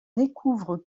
découvre